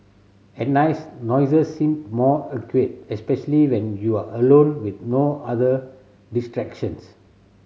at nights noises seem more acute especially when you are alone with no other distractions